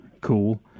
cool